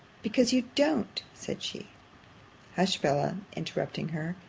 because you don't, said she hush, bella, interrupting her,